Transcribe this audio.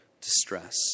distress